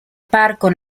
parco